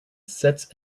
sits